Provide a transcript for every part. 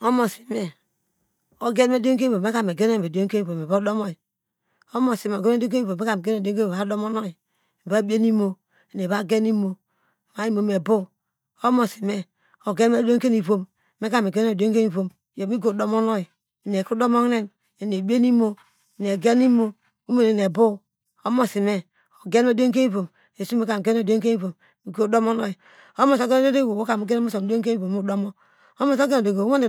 Omosime ogen me diom kenu ivom meka megen oyi medion ke mivom meva domo oyi omosime ogan me diom kene ovom meka megen oyi meva diome ke mu ivom meva domo ovi emeva bienu eme eni evanen imo ma iniome ebow omosi ogen me diom ke nu ivom meka mikro gen oyi inidionke mivom iyi nu migo domo nu oyi eni ekro domo hine eniebie nu imo egen imo imonene ebow omosime isch nu meka migen oyi midow ke nu ivom omosiwo ogewo dionken mivom dowoka mo gen oyi modion kemovi omosime ogen me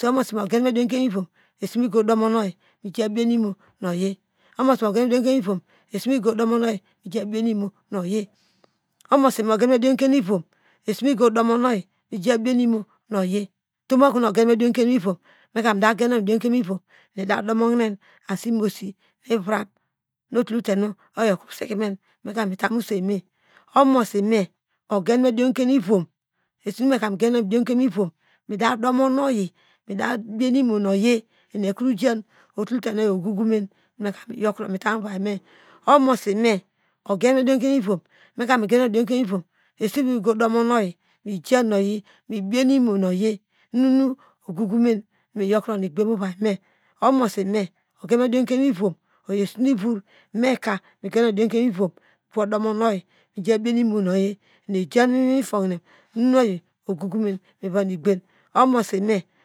drom ken mu ivon iyo esi mi godomono oyi mi bieno imo nu oyi omosime ogen me dioke mivom oyi esinu migodomo oyi. Omosime ogenmediom kemo ivom oyo esinu meka migan oyi midion ke mu ivom mida domo no ye eni ekrojan omosime ogenme diom ivom